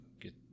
get